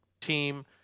team